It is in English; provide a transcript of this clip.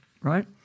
right